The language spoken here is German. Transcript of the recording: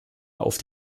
auf